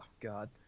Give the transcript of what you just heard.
God